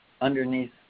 underneath